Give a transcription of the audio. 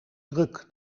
druk